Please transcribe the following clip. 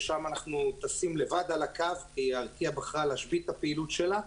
שלשם אנחנו טסים לבד על הקו כי ארקיע בחרה להשבית את הפעילות שלה,